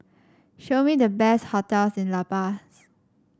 show me the best hotels in La Paz